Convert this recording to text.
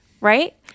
right